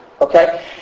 Okay